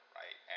right